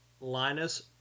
Linus